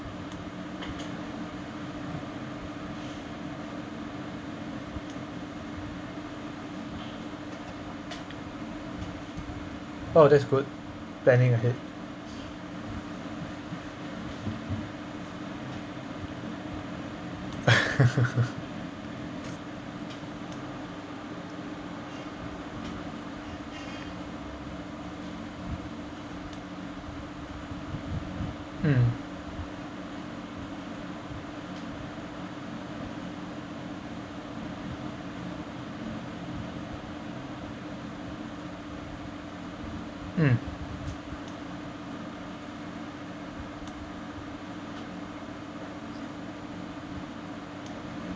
oh that's good planning ahead mm mm